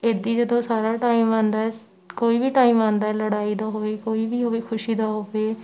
ਇੱਦਾਂ ਹੀ ਜਦੋਂ ਸਾਰਾ ਟਾਈਮ ਆਉਂਦਾ ਹੈ ਕੋਈ ਵੀ ਟਾਈਮ ਆਉਂਦਾ ਲੜਾਈ ਦਾ ਹੋਵੇ ਕੋਈ ਵੀ ਹੋਵੇ ਖੁਸ਼ੀ ਦਾ ਹੋਵੇ